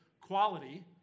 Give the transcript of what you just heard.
quality